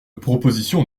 proposition